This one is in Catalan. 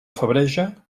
febreja